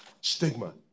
stigma